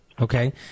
Okay